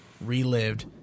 relived